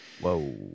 Whoa